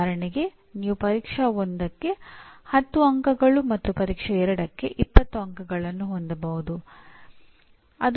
ಯಾವುದೇ ರೀತಿಯಲ್ಲಿ ಒಬಿಇ ಶಿಕ್ಷಣ ಮತ್ತು ಕೆಲವು ಜನರ ಮನೋಭಾವಕ್ಕೆ ವಿರುದ್ಧವಾಗಿ ಹೋಗುವುದಿಲ್ಲ